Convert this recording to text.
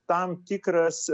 tam tikras